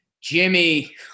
Jimmy